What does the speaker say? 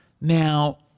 Now